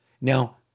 Now